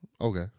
Okay